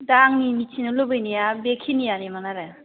दा आंनि मिथिनो लुबैनाया बे खिनियानोमोन आरो